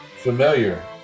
familiar